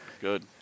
good